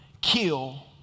kill